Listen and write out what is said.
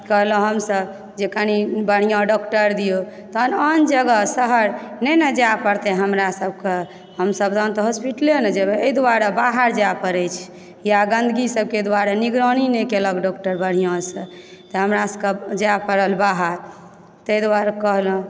कहलहुँ हमसभ जे कनि बढ़िआँ डॉक्टर दिअओ तहन आन जगह शहर नहि न जाय पड़तय हमरासभकऽ हमसभ तहन हॉस्पिटले नहि जेबय एहि दुआरे बाहर जाय पड़ैत छै वा गन्दगी सभके दुआरे निगरानी नहि केलक डॉक्टर बढ़िआँसँ तऽ हमरा सभकेँ जाइ पड़ल बाहर ताहि दुआरे कहलहुँ